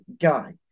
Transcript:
guy